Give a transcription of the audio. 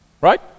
Right